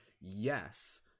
yes